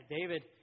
David